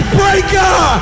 breaker